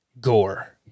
Gore